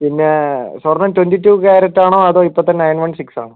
പിന്നെ സ്വർണം twenty two carat ആണോ അതോ ഇപ്പഴത്തെ ണയൻ വൺ സിക്സ് ആണോ